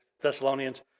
Thessalonians